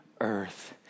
earth